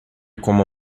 coma